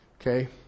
Okay